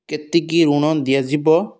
କେତିକି ଋଣ ଦିଆଯିବ